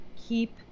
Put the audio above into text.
keep